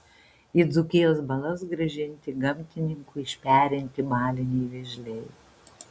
į dzūkijos balas grąžinti gamtininkų išperinti baliniai vėžliai